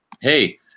hey